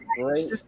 great